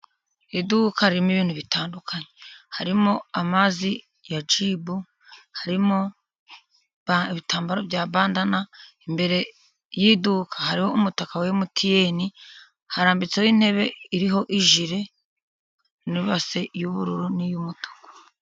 Iduka ririmo ibintu bitandukanye harimo amazi ya jibu, harimo ibitambaro bya bandana, imbere y'iduka hariho umutaka wa Emutiyeni, harambitseho intebe iriho ijire, n'ibase y'ubururu n'iy'umutuku.